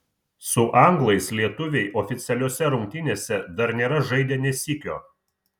su anglais lietuviai oficialiose rungtynėse dar nėra žaidę nė sykio